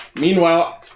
Meanwhile